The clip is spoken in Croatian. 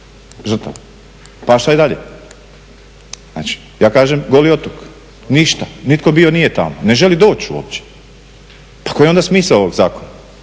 žrtava pa šalji dalje. Ja kažem Goli otok, ništa, nitko nije bio tamo, ne želi doći uopće. Pa koji je onda smisao ovog zakona?